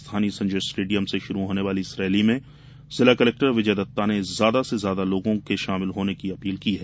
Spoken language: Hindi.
स्थानीय संजय स्टेडियम से शुरू होने वाली इस रैली में जिला कलेक्टर विजय दत्ता ने ज्यादा से ज्यादा लोगों से शामिल होने की अपील की है